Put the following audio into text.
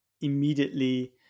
immediately